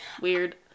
weird